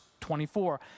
24